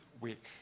week